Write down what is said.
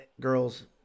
girls